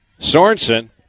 Sorensen